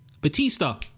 Batista